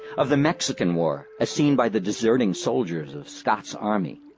of the mexican war as seen by the deserting soldiers of scott's army,